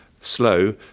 Slow